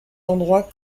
endroit